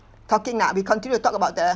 talking lah we continue to talk about the